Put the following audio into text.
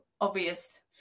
obvious